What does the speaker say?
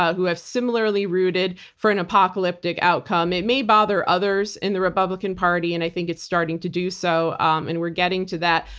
ah who have similarly rooted for an apocalyptic outcome. it may bother others in the republican party, and i think it's starting to do so and we're getting to that.